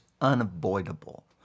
unavoidable